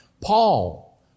Paul